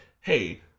hey